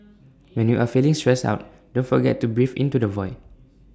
when you are feeling stressed out don't forget to breathe into the void